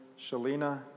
Shalina